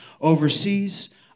overseas